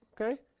okay